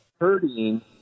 hurting